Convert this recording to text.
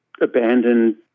abandoned